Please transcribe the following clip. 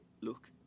look